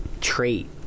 trait